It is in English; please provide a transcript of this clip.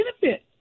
benefit